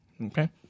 Okay